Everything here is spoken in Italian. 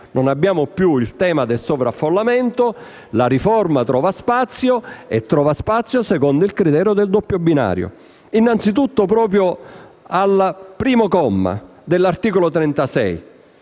Non abbiamo più il tema del sovraffollamento. La riforma trova spazio e lo trova secondo il criterio del doppio binario. Innanzitutto, proprio al primo comma dell'articolo 36